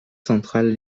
centrale